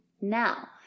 Now